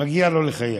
מגיע לו לחייך.